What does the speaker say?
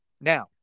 Now